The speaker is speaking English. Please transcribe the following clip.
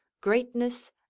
greatness